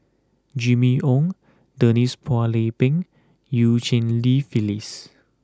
Jimmy Ong Denise Phua Lay Peng Eu Cheng Li Phyllis